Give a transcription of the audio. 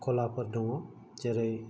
कलाफोर दङ जेरै